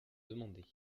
demandée